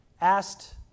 asked